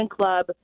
Club